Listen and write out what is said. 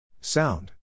Sound